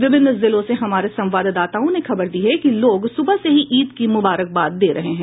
विभिन्न जिलों से हमारे संवाददाताओं ने खबर दी है कि लोग सुबह से ही ईद की मुबारकबाद दे रहे हैं